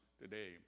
today